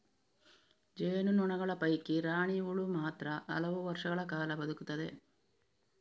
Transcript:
ಜೇನು ನೊಣಗಳ ಪೈಕಿ ರಾಣಿ ಹುಳು ಮಾತ್ರ ಹಲವು ವರ್ಷಗಳ ಕಾಲ ಬದುಕುತ್ತದೆ